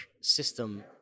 system